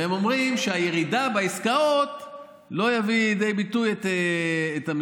והם אומרים שהירידה בעסקאות לא תביא לידי ביטוי את המיסוי.